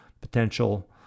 potential